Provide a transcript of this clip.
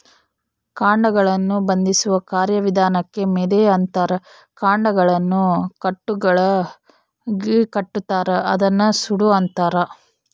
ಕಾಂಡಗಳನ್ನು ಬಂಧಿಸುವ ಕಾರ್ಯವಿಧಾನಕ್ಕೆ ಮೆದೆ ಅಂತಾರ ಕಾಂಡಗಳನ್ನು ಕಟ್ಟುಗಳಾಗಿಕಟ್ಟುತಾರ ಅದನ್ನ ಸೂಡು ಅಂತಾರ